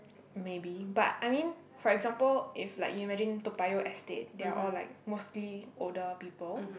maybe but I mean for example if like you imagine Toa-Payoh estate they're all like mostly older people